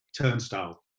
turnstile